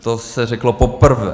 To se řeklo poprvé.